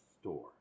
store